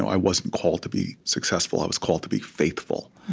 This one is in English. i wasn't called to be successful. i was called to be faithful.